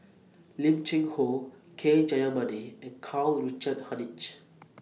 Lim Cheng Hoe K Jayamani and Karl Richard Hanitsch